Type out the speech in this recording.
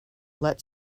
let